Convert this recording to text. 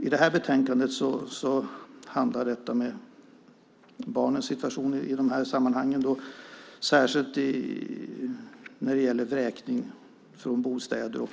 I det här betänkandet handlar det om barnens situation när det gäller vräkning från bostäder och